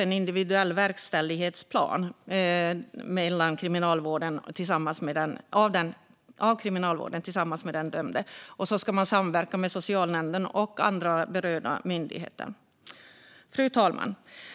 En individuell verkställighetsplan ska upprättas av Kriminalvården tillsammans med den dömde. Man ska samverka med socialnämnden och andra berörda myndigheter. Fru talman!